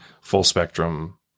full-spectrum